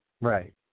Right